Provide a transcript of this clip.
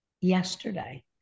yesterday